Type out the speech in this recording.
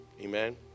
Amen